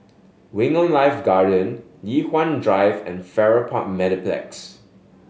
Wing On Life Garden Li Hwan Drive and Farrer Park Mediplex